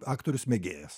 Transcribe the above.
aktorius mėgėjas